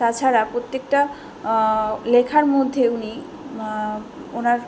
তাছাড়া প্রত্যেকটা লেখার মধ্যে উনি ওনার